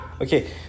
Okay